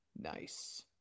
nice